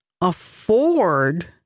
afford